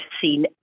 seen